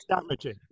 damaging